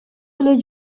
эле